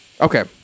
Okay